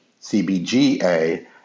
CBGA